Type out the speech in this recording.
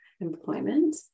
employment